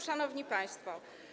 Szanowni Państwo!